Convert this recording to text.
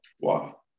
Wow